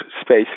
space